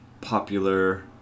popular